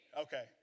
okay